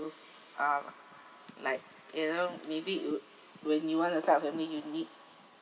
are like you know maybe ugh when you want to start a family you need